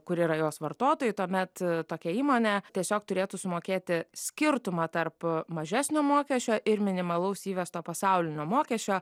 kur yra jos vartotojai tuomet tokia įmonė tiesiog turėtų sumokėti skirtumą tarp mažesnio mokesčio ir minimalaus įvesto pasaulinio mokesčio